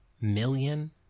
million